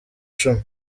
cumi